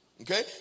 Okay